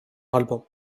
album